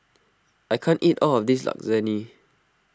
I can't eat all of this Lasagne